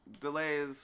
Delays